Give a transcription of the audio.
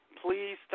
Please